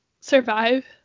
survive